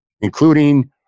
including